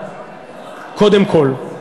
קודם כול,